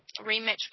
rematch